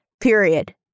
Period